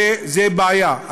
וזו בעיה.